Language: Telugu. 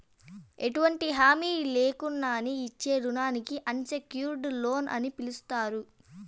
ఎటువంటి హామీ లేకున్నానే ఇచ్చే రుణానికి అన్సెక్యూర్డ్ లోన్ అని పిలస్తారు